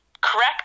Correct